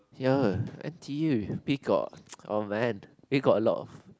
ya n_t_u peacock oh man he got a lot of